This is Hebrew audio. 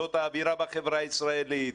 זאת האווירה בחברה הישראלית.